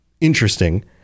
Interesting